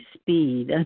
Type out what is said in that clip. speed